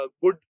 good